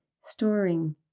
storing